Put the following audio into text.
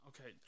okay